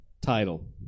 title